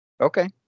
Okay